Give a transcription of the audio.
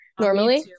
normally